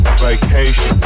vacation